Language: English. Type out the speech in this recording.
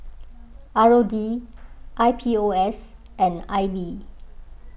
R O D I P O S and I B